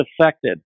affected